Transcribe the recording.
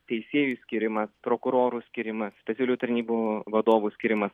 teisėjų skyrimas prokurorų skyrimas specialiųjų tarnybų vadovų skyrimas